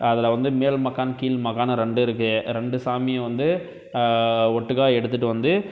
அதில் வந்து மேல் மக்கான் கீழ் மாக்கான்னு ரெண்டு இருக்குது ரெண்டு சாமியும் வந்து ஒட்டுக்கா எடுத்துகிட்டு வந்து